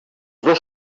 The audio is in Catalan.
dos